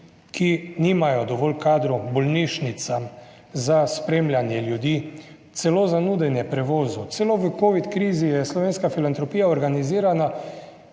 ki nimajo dovolj kadrov, bolnišnicam za spremljanje ljudi, celo za nudenje prevozov. Celo v covid krizi je Slovenska filantropija organizirana